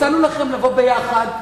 הצענו לכם לבוא ביחד,